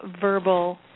verbal